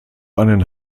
einen